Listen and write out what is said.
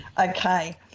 Okay